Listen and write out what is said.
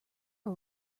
are